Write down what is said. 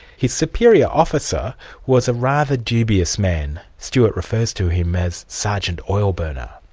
his superior officer was a rather dubious man stewart refers to him as sergeant oilburner.